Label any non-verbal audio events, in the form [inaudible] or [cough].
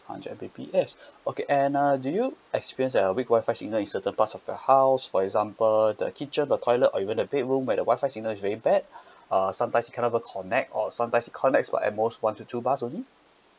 hundred M_B_P_S [breath] okay and uh do you experience a weak Wi-Fi signal in certain parts of the house for example the kitchen the toilet or even the bedroom where the Wi-Fi signal is very bad [breath] uh sometimes it cannot even connect or sometimes it connect for at most one to two bars only